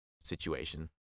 situation